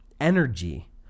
energy